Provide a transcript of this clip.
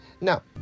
Now